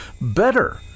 better